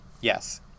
Yes